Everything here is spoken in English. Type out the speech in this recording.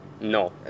No